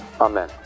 Amen